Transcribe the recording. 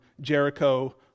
Jericho